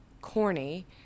corny